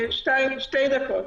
שתי דקות.